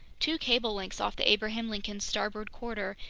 two cable lengths off the abraham lincoln's starboard quarter,